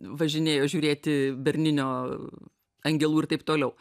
važinėjo žiūrėti berninio angelų ir taip toliau